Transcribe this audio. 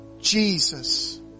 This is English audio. Jesus